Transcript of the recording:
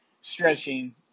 stretching